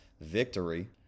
victory